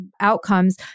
outcomes